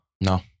No